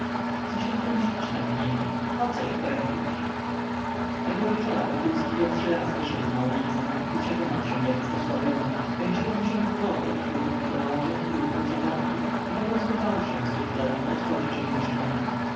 co się tu mścić nad nimi poco ich tępić tego wieczora wokulski pierwszy raz wyszedł na ulicę i przekonał się jak jest osłabiony kręciło mu się w głowie od turkotu dorożek i ruchu przechodniów i poprostu bał się zbyt daleko odchodzić od mieszkania